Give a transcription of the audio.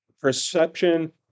perception